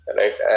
right